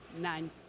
nine